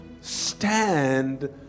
stand